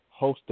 hosted